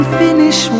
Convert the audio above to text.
finish